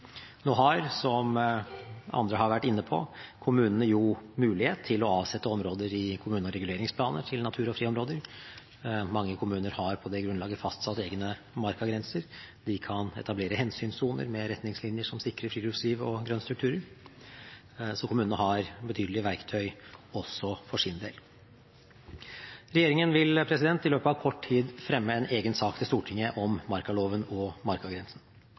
Nå har, som andre har vært inne på, kommunene mulighet til å avsette områder i kommune- og reguleringsplaner til natur- og friområder. Mange kommuner har på det grunnlaget fastsatt egne markagrenser. De kan etablere hensynssoner med retningslinjer som sikrer friluftsliv og grønnstrukturer, så kommunene har betydelige verktøy også for sin del. Regjeringen vil i løpet av kort tid fremme en egen sak for Stortinget om markaloven og markagrensen.